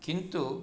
किन्तु